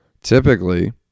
Typically